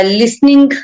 listening